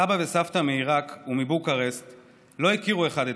סבא וסבתא מעיראק ומבוקרשט לא הכירו אלה